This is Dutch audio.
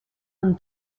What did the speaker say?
een